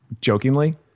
jokingly